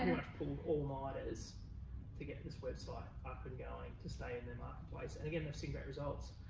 much pulled all nighters to get this website up and going, to stay in their marketplace. and again, they've seen great results.